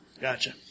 Gotcha